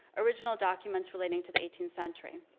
original documents relating to the eighteenth century.